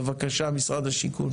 בבקשה משרד השיכון.